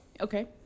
Okay